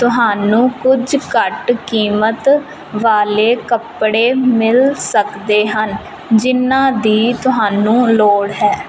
ਤੁਹਾਨੂੰ ਕੱਝ ਘੱਟ ਕੀਮਤ ਵਾਲੇ ਕੱਪੜੇ ਮਿਲ ਸਕਦੇ ਹਨ ਜਿਨ੍ਹਾਂ ਦੀ ਤੁਹਾਨੂੰ ਲੋੜ ਹੈ